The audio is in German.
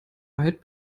weit